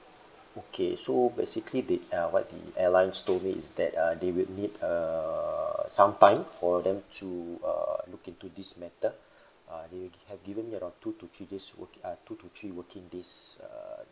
okay so basically they uh what the airlines told me is that uh they will need uh some time for them to uh look into this matter uh they have given me around two to three days working uh two to three working days uh